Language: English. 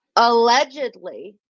Allegedly